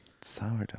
sourdough